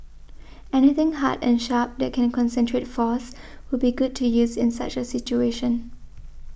anything hard and sharp that can concentrate force would be good to use in such a situation